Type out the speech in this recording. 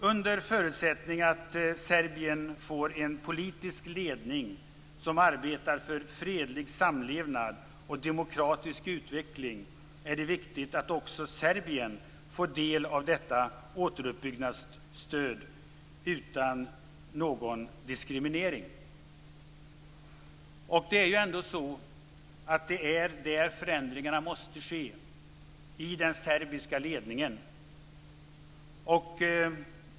Under förutsättning att Serbien får en politisk ledning som arbetar för fredlig samlevnad och demokratisk utveckling är det viktigt att också Serbien får del av detta återuppbyggnadsstöd utan någon diskriminering. Det är ändå där förändringarna måste ske - i den serbiska ledningen.